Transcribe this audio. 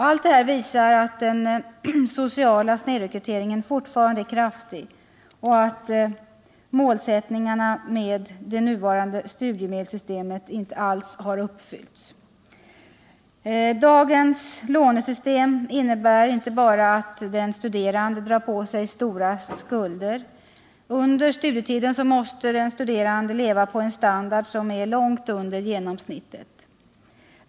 Allt detta visar att den sociala snedrekryteringen fortfarande är kraftig och att målsättningarna med det nuvarande studiemedelssystemet inte alls har uppfyllts. Dagens lånesystem innebär inte enbart att den studerande drar på sig stora skulder. Under studietiden måste den studerande leva på en standard som ligger långt under genomsnittet.